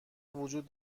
وجود